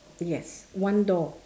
yes one door